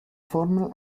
formel